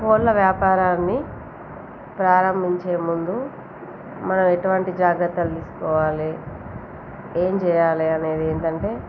కోళ్ళ వ్యాపారాన్ని ప్రారంభించే ముందు మనం ఎటువంటి జాగ్రత్తలు తీసుకోవాలి ఏమి చెయ్యాలి అనేది ఏంటంటే